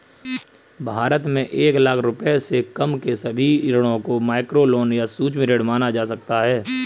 भारत में एक लाख रुपए से कम के सभी ऋणों को माइक्रोलोन या सूक्ष्म ऋण माना जा सकता है